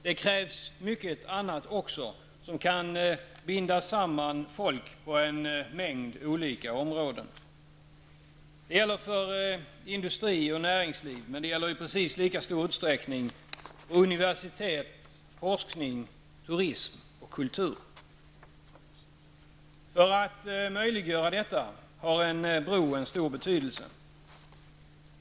Det krävs mycket annat också som kan binda samman folk på en mängd olika områden. Det gäller för industri och näringsliv. Men det gäller i precis lika stor utsträckning för universitet, forskning, turism och kultur. För att möjliggöra detta har en bro en stor betydelse.